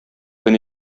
көн